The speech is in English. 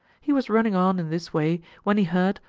he was running on in this way when he heard,